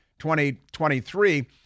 2023